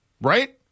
right